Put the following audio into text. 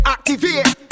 Activate